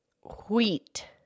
wheat